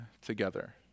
together